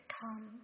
come